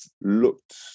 looked